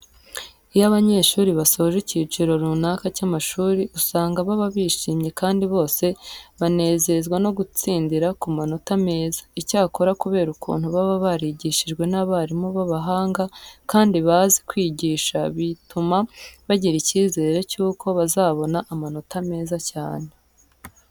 Iyo abanyeshuri basoje icyiciro runaka cy'amashuri usanga baba bishimye kandi bose banezezwa no gutsindira ku manota meza. Icyakora kubera ukuntu baba barigishijwe n'abarimu b'abahanga kandi bazi kwigisha, bituma bagira icyizere cyuko bazabona amanota meza cyane.